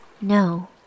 no